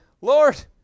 Lord